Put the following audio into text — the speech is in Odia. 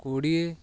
କୋଡ଼ିଏ